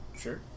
Sure